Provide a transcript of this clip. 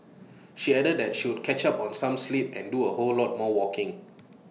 she added that she would catch up on some sleep and do A whole lot more walking